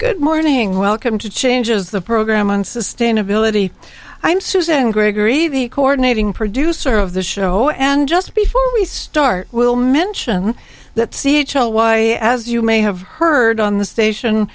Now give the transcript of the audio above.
good morning welcome to changes the program on sustainability i'm susan gregory the coordinating producer of the show and just before we start will mention that c h o y a as you may have heard on the station